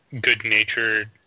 good-natured